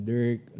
Dirk